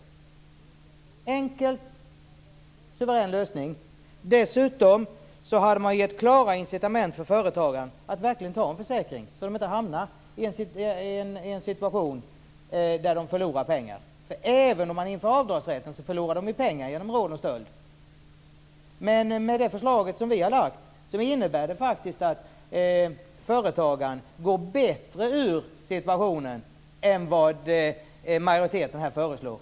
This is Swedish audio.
Det är en enkel och suverän lösning. Dessutom skulle den ge klara incitament till företagarna att verkligen ta en försäkring, så att de inte hamnar i en situation där de förlorar pengar. Även om avdragsrätten införs förlorar de ju pengar genom rån och stöld. Vänsterpartiets förslag innebär att företagarna går bättre ur situationen än de gör med det förslag som majoriteten föreslår.